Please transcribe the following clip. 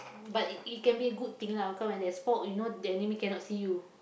but it it can be a good thing lah cause when there's fog you know the enemy cannot see you